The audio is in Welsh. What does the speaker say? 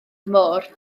môr